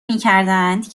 میکردند